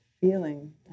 feeling